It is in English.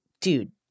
dude